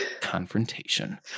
confrontation